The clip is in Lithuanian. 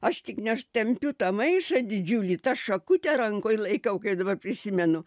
aš tik ne aš tempiu tą maišą didžiulį tą šakutę rankoj laikau kaip dabar prisimenu